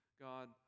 God